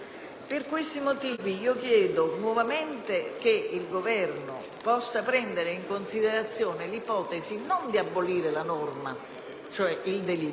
Per questi motivi chiedo nuovamente che il Governo possa prendere in considerazione l'ipotesi non di abolire la norma, cioè il delitto,